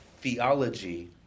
theology